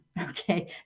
okay